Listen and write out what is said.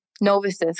novices